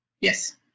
yes